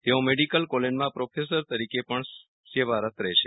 તેઓ મેડિકલ કોલેજમાં પ્રોફેસર તરીકે પણ સેવારત રહેશે